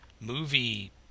movie